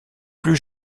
plus